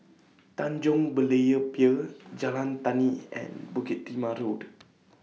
Tanjong Berlayer Pier Jalan Tani and Bukit Timah Road